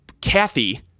Kathy